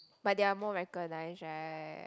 but they are more recognize right